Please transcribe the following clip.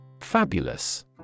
Fabulous